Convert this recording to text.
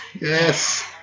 Yes